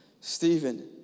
Stephen